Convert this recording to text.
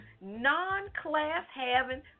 non-class-having